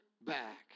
back